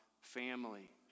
family